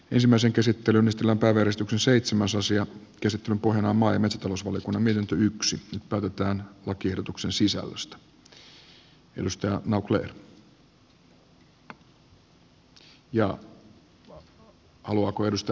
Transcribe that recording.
ensimmäisen käsittelyn kylänpää verestyksen seitsemän soosia käsittelyn pohjana mainitsi tulos oli myöntymyksen toivotaan lakiehdotuksen on maa ja metsätalousvaliokunnan mietintö